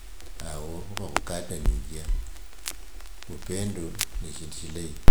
wavakhukatanyinja, upendo neshindu shilayi.